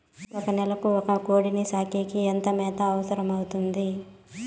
ఒక నెలకు ఒక కోడిని సాకేకి ఎంత మేత అవసరమవుతుంది?